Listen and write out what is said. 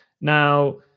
Now